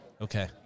Okay